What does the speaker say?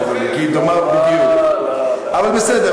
הספקתי להיות בשתי חתונות,